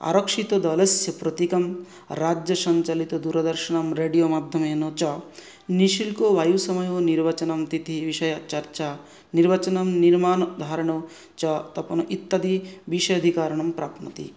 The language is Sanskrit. अरक्षितदलस्य प्रतिकं राज्यशञ्चलित दुरदर्शनं रेड्यो माद्धमेन च निशुल्को वायुसमयो निर्वचनं तिथि विषय चर्चा निर्वचनं निर्माणं धारणं च तपन इत्तदी विष अदिकारणं प्राप्नोति